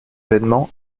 vainement